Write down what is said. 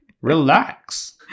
Relax